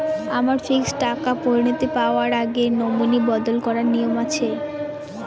আমার ফিক্সড টাকা পরিনতি পাওয়ার আগে নমিনি বদল করার নিয়ম আছে?